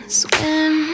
swim